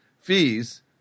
fees